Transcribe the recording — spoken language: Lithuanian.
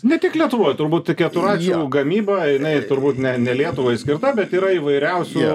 ne tik lietuvoj turbūt keturračių gamyba jinai turbūt ne ne lietuvai skirta bet yra įvairiausių